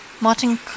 Martin